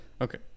Okay